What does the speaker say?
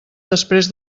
després